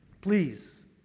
Please